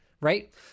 right